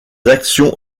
actions